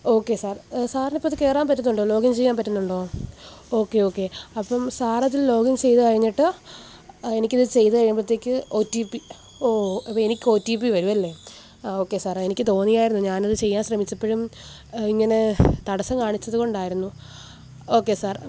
okay sir സാറിന് ഇപ്പോഴത് കയറാന് പറ്റുന്നുണ്ടോ ലോഗിൻ ചെയ്യാമ്പറ്റുന്നുണ്ടോ ഓക്കെ ഓക്കെ അപ്പോള് സാറതില് ലോഗിൻ ചെയ്ത് കഴിഞ്ഞിട്ട് എനിക്കിത് ചെയ്ത് കഴിയുമ്പോഴത്തേക്ക് ഓ റ്റീ പി ഓ അപ്പോള് എനിക്ക് ഓ റ്റീ പി വരുമല്ലെ ഓക്കെ സാർ എനിക്ക് തോന്നിയായിരുന്നു ഞാനത് ചെയ്യാൻ ശ്രമിച്ചപ്പോഴും ഇങ്ങനെ തടസം കാണിച്ചതുകൊണ്ടായിരുന്നു ഓക്കെ സാർ